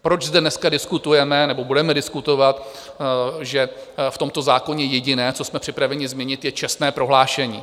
Proč zde dneska diskutujeme, nebo budeme diskutovat, že v tomto zákoně jediné, co jsme připraveni změnit, je čestné prohlášení?